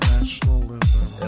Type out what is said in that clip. Nationalism